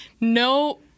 No